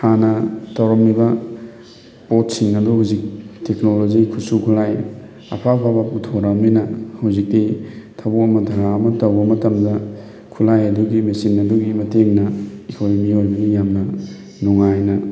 ꯍꯥꯟꯅ ꯇꯧꯔꯝꯃꯤꯕ ꯄꯣꯠꯁꯤꯡ ꯑꯗꯨ ꯍꯧꯖꯤꯛ ꯇꯦꯛꯅꯣꯂꯣꯖꯤ ꯈꯨꯠꯁꯨ ꯈꯨꯂꯥꯏ ꯑꯐ ꯑꯐꯕ ꯄꯨꯊꯣꯔꯛꯑꯕꯅꯤꯅ ꯍꯧꯖꯤꯛꯇꯤ ꯊꯕꯛ ꯑꯃ ꯊꯧꯔꯥꯡ ꯑꯃ ꯇꯧꯕ ꯃꯇꯝꯗ ꯈꯨꯂꯥꯏ ꯑꯗꯨꯒꯤ ꯃꯦꯆꯤꯟ ꯑꯗꯨꯒꯤ ꯃꯇꯦꯡꯅ ꯑꯩꯈꯣꯏ ꯃꯤꯑꯣꯏꯕꯒꯤ ꯌꯥꯝꯅ ꯅꯨꯡꯉꯥꯏꯅ